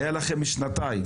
היו לכם שנתיים.